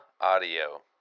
Audio